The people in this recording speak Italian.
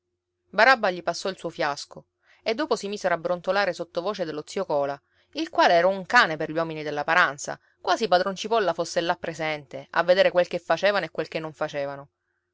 barabba gli passò il suo fiasco e dopo si misero a brontolare sottovoce dello zio cola il quale era un cane per gli uomini della paranza quasi padron cipolla fosse là presente a vedere quel che facevano e quel che non facevano